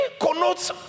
connotes